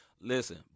Listen